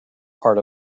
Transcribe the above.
part